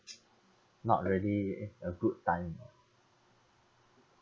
not really a good time